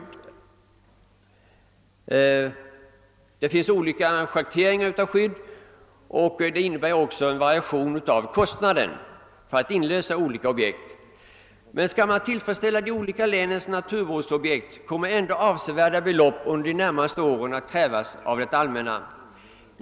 Det finns olika grader av skydd, och det betyder att även kostnaderna för inlösen av olika objekt varierar. Men skall man tillgodose de olika länens behov av naturvårdsobjekt, kommer det ändå under de närmaste åren att krävas avsevärda belopp.